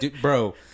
bro